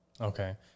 okay